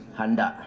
handa